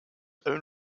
develop